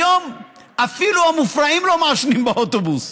היום אפילו המופרעים לא מעשנים באוטובוס.